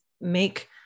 make